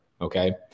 Okay